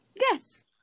yes